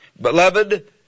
Beloved